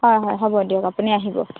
হয় হয় হ'ব দিয়ক আপুনি আহিব